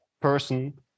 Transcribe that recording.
person